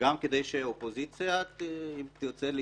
גם כדי שהאופוזיציה, אם תרצה להתנגד,